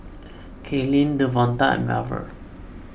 Kaylyn Devonta and Marver